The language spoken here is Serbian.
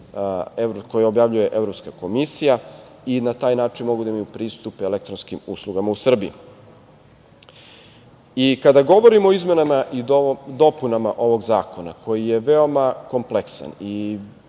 koju objavljuje Evropska komisija i na taj način mogu da imaju pristup elektronskim uslugama u Srbiji. Kada govorimo o izmenama i dopunama ovog zakona, koji je veoma kompleksan i